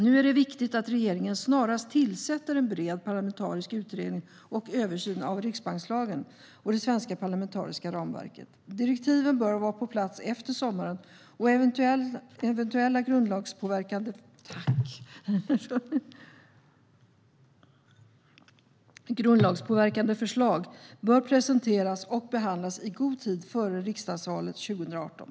Nu är det viktigt att regeringen snarast tillsätter en bred parlamentarisk utredning och översyn av riksbankslagen och det svenska parlamentariska ramverket. Direktiven bör vara på plats efter sommaren, och eventuella grundlagspåverkande förslag bör presenteras och behandlas i god tid före riksdagsvalet 2018.